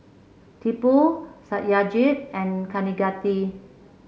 Tipu Satyajit and Kaneganti